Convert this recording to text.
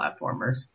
platformers